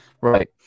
Right